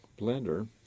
blender